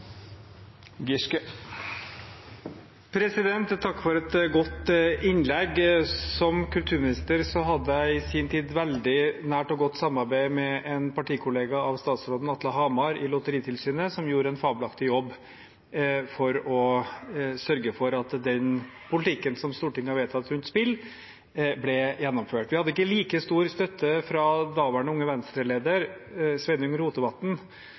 et godt innlegg. Som kulturminister hadde jeg i sin tid veldig nært og godt samarbeid med en partikollega av statsråden, Atle Hamar, i Lotteritilsynet, som gjorde en fabelaktig jobb for å sørge for at den politikken Stortinget hadde vedtatt for spill, ble gjennomført. Vi hadde ikke like stor støtte fra daværende Unge Venstre-leder Sveinung Rotevatn,